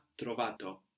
trovato